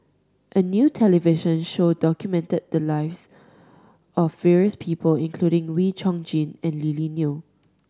a new television show documented the lives of various people including Wee Chong Jin and Lily Neo